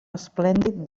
esplèndid